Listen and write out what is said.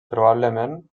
probablement